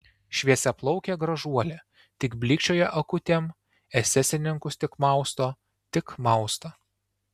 šviesiaplaukė gražuolė tik blykčioja akutėm esesininkus tik mausto tik mausto